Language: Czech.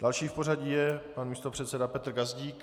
Další v pořadí je pan místopředseda Petr Gazdík.